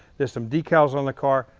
there's some decals on the car.